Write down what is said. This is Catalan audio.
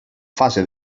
fase